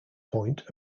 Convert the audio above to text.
point